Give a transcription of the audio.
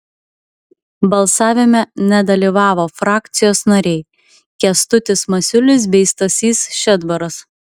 balsavime nedalyvavo frakcijos nariai kęstutis masiulis bei stasys šedbaras